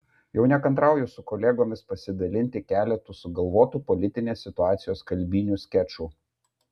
jau nekantrauju su kolegomis pasidalinti keletu sugalvotų politinės situacijos kalbinių skečų